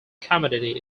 commodity